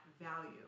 value